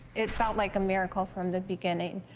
it felt like a miracle from the beginning.